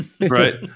Right